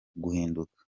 guhinduka